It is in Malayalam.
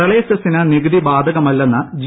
പ്രളയ സെസിന് നികുതി ബാധകമല്ലെന്ന് ജി